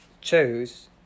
chose